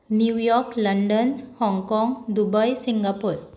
New York London Hong Kong Dubai Singapore